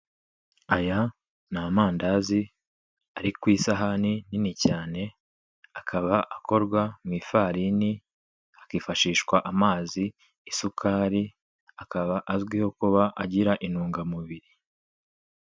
Aya ni amandazi ari ku isahane nini cyane, akaba akorwa mu ifarini hakifashishwa amazi, isukari. Akaba azwiho kugira intungamubiri.